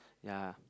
ya